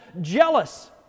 jealous